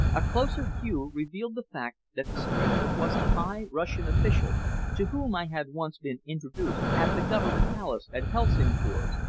a closer view revealed the fact that the stranger was a high russian official to whom i had once been introduced at the government palace at helsingfors,